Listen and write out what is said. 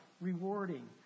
rewarding